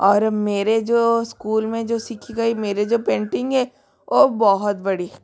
और मेरे जो इस्कूल में जो सीखी गई मेरी जो पेंटिंग है वो बहुत बड़ी